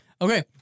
Okay